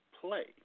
play